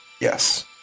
Yes